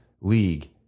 league